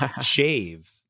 shave